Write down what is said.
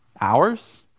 hours